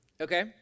Okay